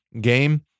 game